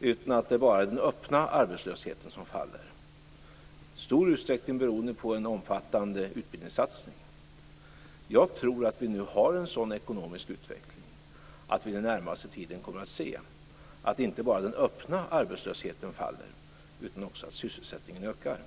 utan att det bara är den öppna arbetslösheten som skall falla, i stor utsträckning beroende på en omfattande utbildningssatsning. Jag tror att vi nu har en sådan ekonomisk utveckling att vi den närmaste tiden kommer att se att inte bara den öppna arbetslösheten faller utan också att sysselsättningen ökar.